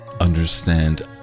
understand